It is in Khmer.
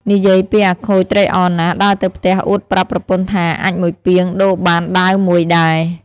និយាយពីអាខូចត្រេកអរណាស់ ដើរទៅផ្ទះអួតប្រាប់ ប្រពន្ធថា “អាចម៏មួយពាងដូរបានដាវ១ដែរ ” ។